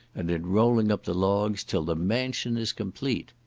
and in rolling up the logs, till the mansion is complete.